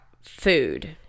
food